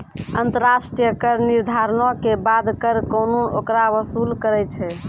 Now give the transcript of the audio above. अन्तर्राष्ट्रिय कर निर्धारणो के बाद कर कानून ओकरा वसूल करै छै